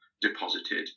deposited